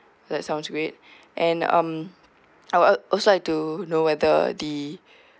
that sounds great and um I'll also like to know whether the